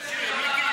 תשיר.